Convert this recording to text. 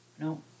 No